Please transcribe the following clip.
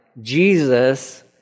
Jesus